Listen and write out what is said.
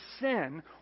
sin